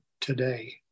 today